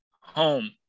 home